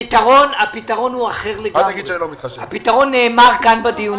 הפתרון הוא אחר לגמרי והוא נאמר בדיונים.